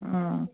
ಹ್ಞೂ